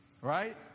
right